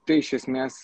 tai iš esmės